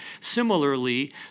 Similarly